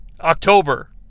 October